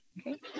okay